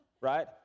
Right